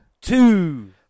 Two